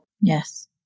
Yes